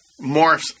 morphs